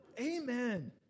Amen